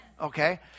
Okay